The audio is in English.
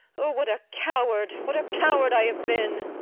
oh, what a coward what a coward i have been!